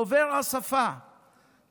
דובר השפה,